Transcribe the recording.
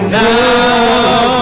now